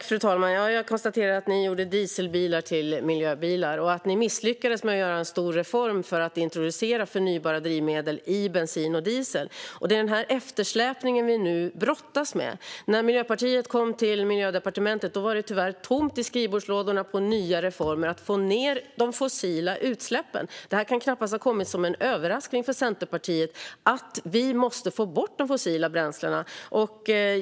Fru talman! Jag konstaterar att ni gjorde dieselbilar till miljöbilar och att ni misslyckades med att göra en stor reform för att introducera förnybara drivmedel i bensin och diesel. Det är denna eftersläpning vi nu brottas med. När Miljöpartiet kom till Miljödepartementet var det tyvärr tomt i skrivbordslådorna på nya reformer för att få ned de fossila utsläppen. Det kan knappast ha kommit som en överraskning för Centerpartiet att vi måste få bort de fossila bränslena.